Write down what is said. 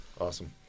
Awesome